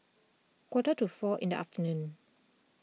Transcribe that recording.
quarter to four in the afternoon